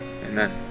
Amen